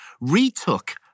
retook